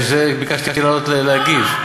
בגלל זה ביקשתי לעלות להגיב.